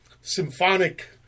symphonic